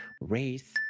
race